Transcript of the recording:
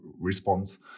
response